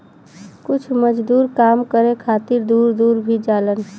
कुछ मजदूर काम करे खातिर दूर दूर भी जालन